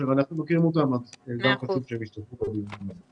שאנחנו מכירים אז גם חשוב שהם ישתתפו בדיון.